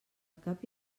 cap